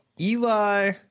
Eli